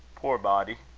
poor body!